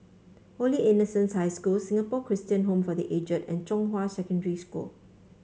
Holy Innocents' High School Singapore Christian Home for The Aged and Zhonghua Secondary School